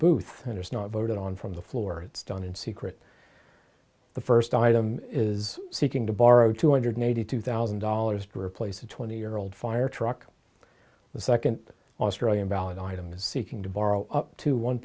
booth and it's not voted on from the floor it's done in secret the first item is seeking to borrow two hundred eighty two thousand dollars do replace a twenty year old fire truck the second australian ballot item is seeking to borrow up to one